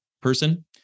person